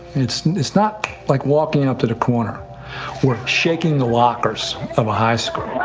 it's it's not like walking up to the corner or shaking the lockers of a high school.